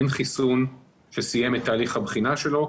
אין חיסון שסיים את תהליך הבחינה שלו,